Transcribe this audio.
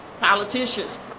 politicians